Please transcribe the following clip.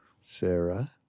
Sarah